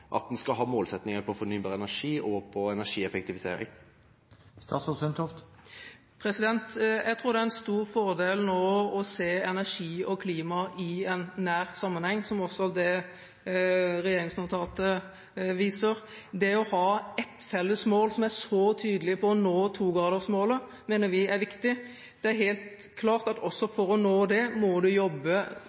at en skal ha målsettinger på områdene fornybar energi og energieffektivisering? Jeg tror det er en stor fordel nå å se energi og klima i en nær sammenheng, som også det regjeringsnotatet viser. Det å ha ett felles mål som er så tydelig på å nå togradersmålet, mener vi er viktig. Det er helt klart at for å nå det må man jobbe